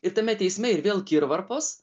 ir tame teisme ir vėl kirvarpos